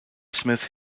smith